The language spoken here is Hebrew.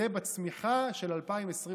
הן על הצמיחה של 2021,